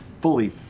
fully